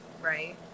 right